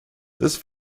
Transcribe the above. this